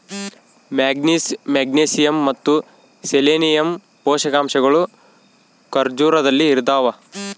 manganese magnesium ಮತ್ತು selenium ಪೋಷಕಾಂಶಗಳು ಖರ್ಜೂರದಲ್ಲಿ ಇದಾವ